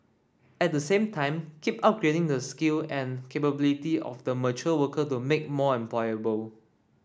at the same time keep upgrading the skill and capability of the mature worker to make more employable